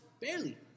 Barely